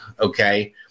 okay